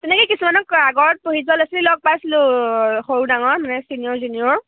তেনেকৈ কিছুমানৰ আগত পঢ়ি যোৱা ল'ৰা ছোৱালী লগ পাইছিলোঁ সৰু ডাঙৰ মানে চিনিয়ৰ জুনিয়ৰ